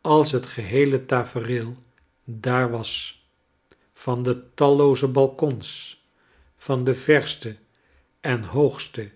als het geheele tafereel daar was van de talooze balkons van de verste en hoogste